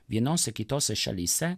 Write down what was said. vienose kitose šalyse